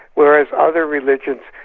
whereas other religions,